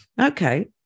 okay